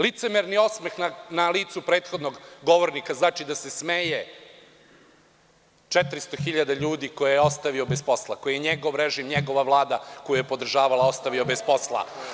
Licemerni osmeh na licu prethodnog govornika znači da se smeje 400.000 ljudi koje je ostavio bez posla, koje je njegov režim, njegova vlada koju je podržavao ostavio bez posla.